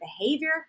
behavior